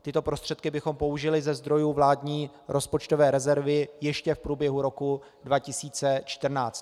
Tyto prostředky bychom použili ze zdrojů vládní rozpočtové rezervy ještě v průběhu roku 2014.